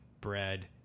bread